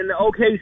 okay